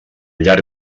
llarg